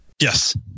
yes